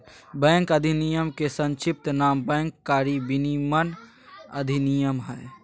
bank अधिनयम के संक्षिप्त नाम बैंक कारी विनयमन अधिनयम हइ